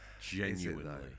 Genuinely